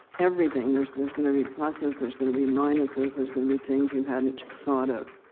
everything there's there's going to be pluses, there's going to be minuses, there's going to be things you hadn't thought of.